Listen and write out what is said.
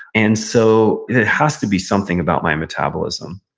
and so it has to be something about my metabolism.